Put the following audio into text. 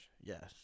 Yes